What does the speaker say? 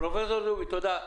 פרופ' דובי תודה.